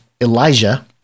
Elijah